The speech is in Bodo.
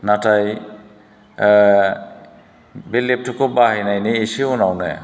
नाथाय बे लेपटपखौ बाहायनायनि एसे उनावनो